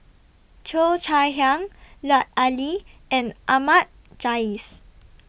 Cheo Chai Hiang Lut Ali and Ahmad Jais